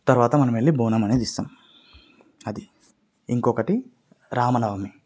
తరువాత మనం వెళ్ళి బోనం అనేది ఇస్తాము అది ఇంకొకటి రామనవమి